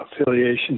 affiliation